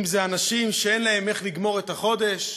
אם אנשים שאין להם איך לגמור את החודש.